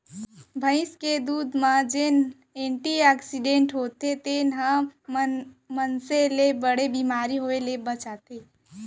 भईंस के दूद म जेन एंटी आक्सीडेंट्स होथे तेन ह मनसे ल बड़े बेमारी होय ले बचाथे